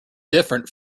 different